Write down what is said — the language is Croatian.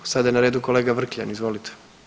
Sada je na redu kolega Vrkljan, izvolite.